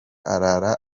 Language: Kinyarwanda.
arara